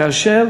כאשר